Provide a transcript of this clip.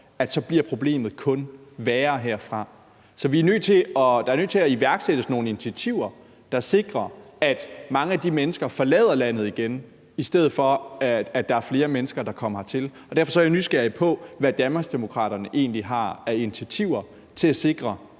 er, så bliver problemet kun værre herfra, så der er nødt til at iværksættes nogle initiativer, der sikrer, at mange af de mennesker forlader landet igen, i stedet for at der er flere mennesker, der kommer hertil. Derfor er jeg nysgerrig på, hvad Danmarksdemokraterne egentlig har af initiativer til at sikre,